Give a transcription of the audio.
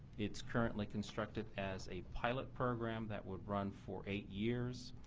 it's currently constructed as a pilot program that would run for eight years.